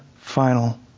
final